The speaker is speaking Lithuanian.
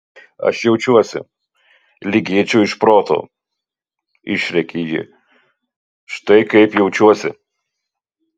aš jaučiuosi lyg eičiau iš proto išrėkė ji štai kaip jaučiuosi